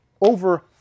over